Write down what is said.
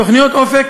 תוכניות "אופק",